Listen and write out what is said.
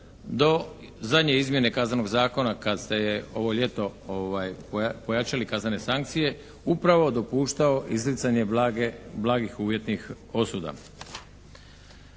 do zadnje izmjene Kaznenog zakona kad ste je ovo ljeto pojačali kaznene sankcije upravo dopuštao izricanje blagih uvjetnih osuda.